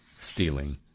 stealing